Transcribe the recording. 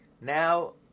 Now